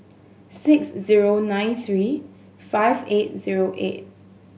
six zero nine three five eight zero eight